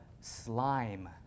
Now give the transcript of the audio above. slime